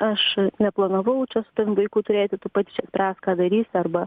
aš neplanavau čia su tavim vaikų turėti tu pati čia spręsk ką darysi arba